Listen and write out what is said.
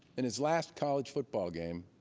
in his last college football game,